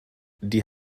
die